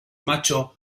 macho